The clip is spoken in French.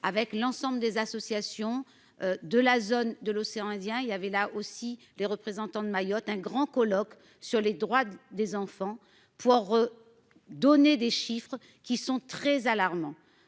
avec l'ensemble des associations. De la zone de l'océan Indien. Il y avait là aussi des représentants de Mayotte, un grand colloque sur les droits des enfants pour. Donner des chiffres qui sont très alarmants